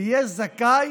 יהיה זכאי